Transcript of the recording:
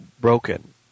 Broken